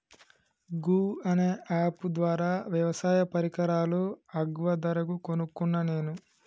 గూ అనే అప్ ద్వారా వ్యవసాయ పరికరాలు అగ్వ ధరకు కొనుకున్న నేను